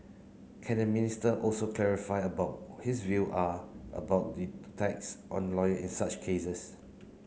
can the Minister also clarify about his view are about the attacks on lawyer in such cases